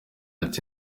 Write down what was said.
ati